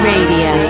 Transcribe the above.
Radio